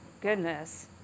goodness